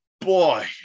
Boy